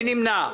מי נמנע?